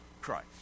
Christ